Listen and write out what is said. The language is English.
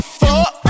fuck